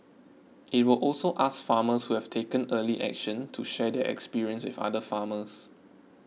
it will also ask farmers who have taken early action to share their experience with other farmers